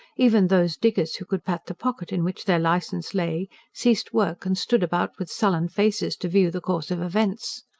even those diggers who could pat the pocket in which their licence lay ceased work, and stood about with sullen faces to view the course of events.